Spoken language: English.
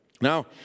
Now